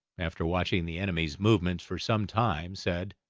after watching the enemy's movements for some time, said,